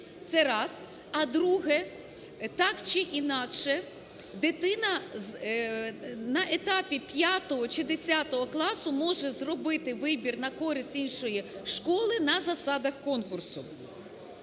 Це раз. А друге. Так чи інакше дитина на етапі 5-го чи 10-го класу може зробити вибір на користь іншої школи на засадах конкурсу.